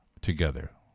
together